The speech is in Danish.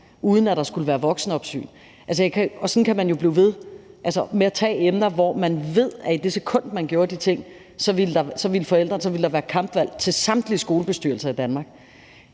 uden at der skulle være voksenopsyn. Sådan kan man jo blive ved, altså med at tage emner op, hvor man ved, at i det sekund, man gjorde de ting, ville der være kampvalg til samtlige skolebestyrelser i Danmark.